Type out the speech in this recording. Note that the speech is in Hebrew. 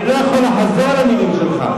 אני לא יכול לחזור על המלים שלך,